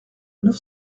neuf